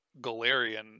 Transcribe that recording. Galarian